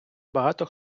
багато